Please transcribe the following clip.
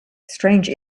strange